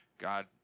God